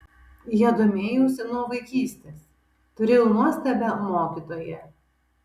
ja domėjausi nuo vaikystės turėjau nuostabią mokytoją